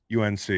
UNC